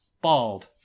bald